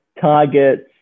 targets